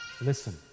Listen